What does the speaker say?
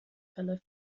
verläuft